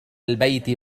البيت